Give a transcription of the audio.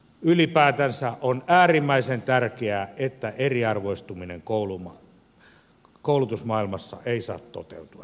ylipäätänsä on äärimmäisen tärkeää että eriarvoistuminen koulutusmaailmassa ei saa toteutua